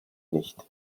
nicht